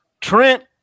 Trent